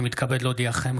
אני מתכבד להודיעכם,